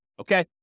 Okay